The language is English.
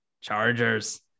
Chargers